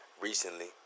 Recently